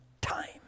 time